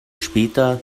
später